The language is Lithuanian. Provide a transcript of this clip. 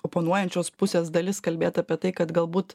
oponuojančios pusės dalis kalbėt apie tai kad galbūt